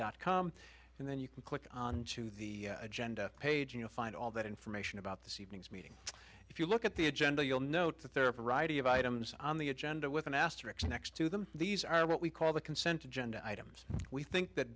dot com and then you can click onto the agenda page and you'll find all that information about this evening's meeting if you look at the agenda you'll note that there are a variety of items on the agenda with an asterisk next to them these are what we call the consent agenda items we think that